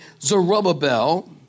Zerubbabel